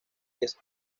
diez